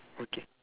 okay